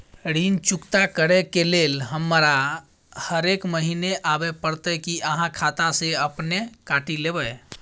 ऋण चुकता करै के लेल हमरा हरेक महीने आबै परतै कि आहाँ खाता स अपने काटि लेबै?